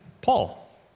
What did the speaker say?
Paul